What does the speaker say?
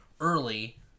early